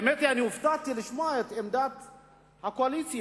האמת, הופתעתי לשמוע את עמדת הקואליציה,